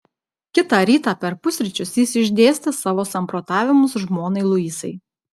kitą rytą per pusryčius jis išdėstė savo samprotavimus žmonai luisai